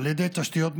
על ידי תשתיות מתאימות.